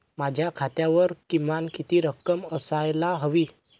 माझ्या खात्यावर किमान किती रक्कम असायला हवी?